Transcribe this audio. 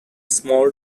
small